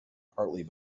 partly